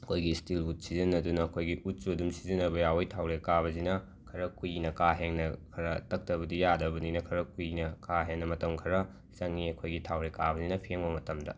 ꯑꯩꯈꯣꯏꯒꯤ ꯁ꯭ꯇꯤꯜꯋꯨꯠ ꯁꯤꯖꯤꯟꯅꯗꯨꯅ ꯑꯩꯈꯣꯏꯒꯤ ꯎꯠꯁꯨ ꯑꯗꯨꯝ ꯁꯤꯖꯤꯟꯅꯕ ꯌꯥꯕꯩ ꯊꯥꯎꯔꯦꯛ ꯀꯥꯕꯖꯤꯅ ꯈꯔ ꯀꯨꯏꯅ ꯈꯔ ꯀꯥ ꯍꯦꯟꯅ ꯈꯔ ꯇꯛꯇꯕꯗꯤ ꯌꯥꯗꯕꯅꯤꯅ ꯈꯔ ꯀꯨꯏꯅ ꯀꯥ ꯍꯦꯟꯅ ꯃꯇꯝ ꯈꯔ ꯆꯪꯏ ꯑꯩꯈꯣꯏꯒꯤ ꯊꯥꯎꯔꯦꯛ ꯀꯥꯕꯁꯤꯅ ꯐꯦꯡꯕ ꯃꯇꯝꯗ